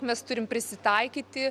mes turim prisitaikyti